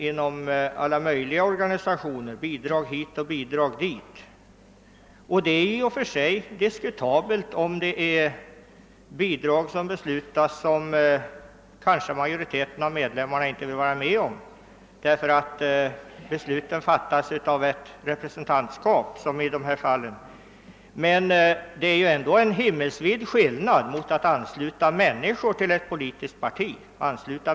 Inom alla möjliga organisationer förekommer det bidrag hit och bidrag dit. Det är i och för sig diskutabelt, om — som i dessa fall — ett representantskap beslutar om bidrag, som kanske en majoritet av medlemmarna inte vill vara med om, men det är ändå en himmelsvid skillnad mot att ansluta människor till ett politiskt parti.